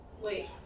Wait